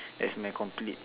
that's my complete